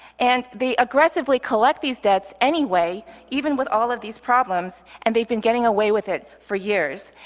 and they aggressively collect these debts anyway, even with all of these problems, and they have been getting away with it for years.